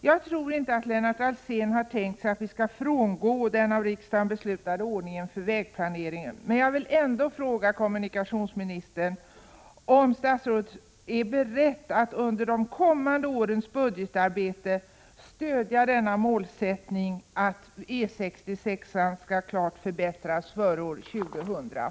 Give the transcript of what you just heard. Jag tror inte Lennart Alsén tänkt sig att vi skall frångå den av riksdagen beslutade ordningen för vägplaneringen, men jag vill ändå fråga kommunikationsministern om han är beredd att under de kommande årens budgetarbete stödja målsättningen att E 66:an skall upprustas före år 2000.